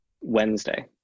Wednesday